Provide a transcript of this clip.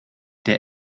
der